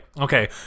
Okay